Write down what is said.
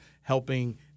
helping